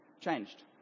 Changed